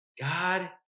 God